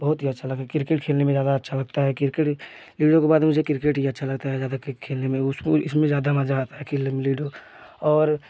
बहुत ही अच्छा लगेगा क्रिकेट खेलने में ज़्यादा अच्छा लगता है क्रिकेट लीडो के बाद मुझे क्रिकेट ही अच्छा लगता है ज़्यादा क्रीक खेलने में उसको इसमें ज़्यादा मज़ा आता है खेलने में लूडो और